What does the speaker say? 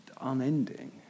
unending